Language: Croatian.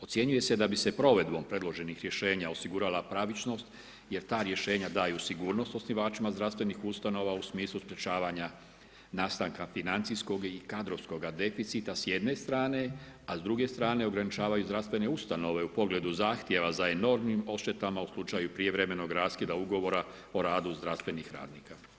Ocjenjuje se da bi se provedbom predloženih rješenja osigurala pravičnost jer ta rješenja daju sigurnost osnivačima zdravstvenih ustanova u smislu sprečavanja nastanka financijskog i kadrovskog deficita s jedne strane a s druge strane ograničavaju zdravstvene ustanove u pogledu zahtjeva za enormnim odštetama u slučaju prijevremenog raskida ugovora o radu zdravstvenih radnika.